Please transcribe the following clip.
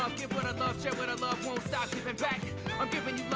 give what i love share what i love won't stop giving back i'm giving